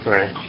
Right